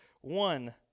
one